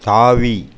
தாவி